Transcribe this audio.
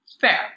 fair